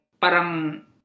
parang